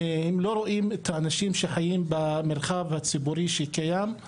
לא רואים את האנשים שחיים במרחב הציבורי שקיים.